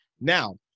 Now